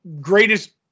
greatest